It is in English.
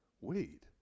wait